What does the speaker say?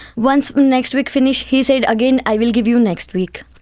once next week finished he said again, i will give you next week.